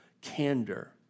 candor